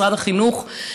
משרד החינוך,